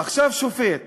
עכשיו, שופט,